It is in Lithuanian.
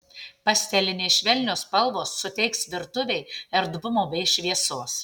pastelinės švelnios spalvos suteiks virtuvei erdvumo bei šviesos